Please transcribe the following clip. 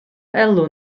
elw